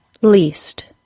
least